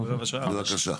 בבקשה.